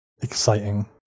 exciting